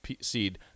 seed